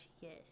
yes